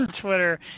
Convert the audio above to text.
Twitter